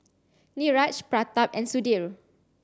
Niraj Pratap and Sudhir